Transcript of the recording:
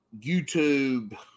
YouTube